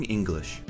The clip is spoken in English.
English